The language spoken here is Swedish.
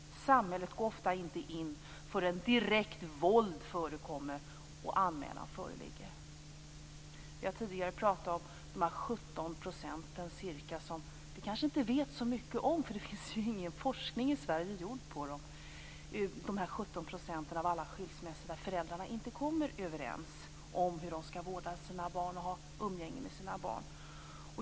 Samhället går ofta inte in förrän direkt våld förekommer och anmälan föreligger. Vi har tidigare pratat om de 17 % av skilsmässorna där föräldrarna inte kommer överens om vård och umgänge med barnen. Vi vet inte så mycket om det eftersom det inte finns någon forskning.